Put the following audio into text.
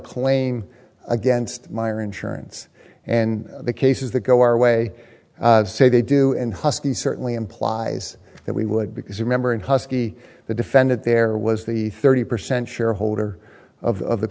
claim against my or insurance and the cases that go our way say they do and husky certainly implies that we would because remember in husky the defendant there was the thirty percent shareholder of